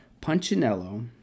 Punchinello